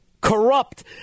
Corrupt